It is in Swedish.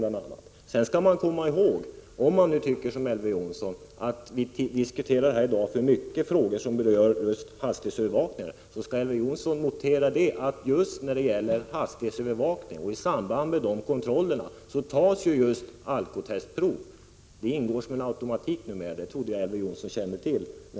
Man skall också komma ihåg — om man tycker som Elver Jonsson — att vi i dag diskuterar många frågor som rör hastighetsövervakning, och då bör man notera att det i samband med hastighetskontroller tas alkotestprov. Det sker numera automatiskt — det trodde jag Elver Jonsson kände till.